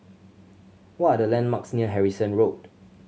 what are the landmarks near Harrison Road